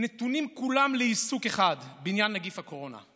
נתונים כולם לעיסוק אחד, עניין נגיף הקורונה.